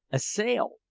a sail!